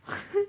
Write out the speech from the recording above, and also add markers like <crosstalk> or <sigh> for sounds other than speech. <laughs>